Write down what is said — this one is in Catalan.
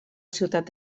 ciutat